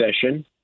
session